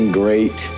great